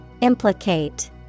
Implicate